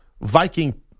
Viking